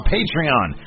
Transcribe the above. Patreon